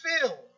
fill